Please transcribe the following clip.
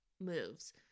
moves